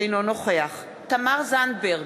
אינו נוכח תמר זנדברג,